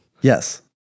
Yes